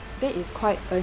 that is quite a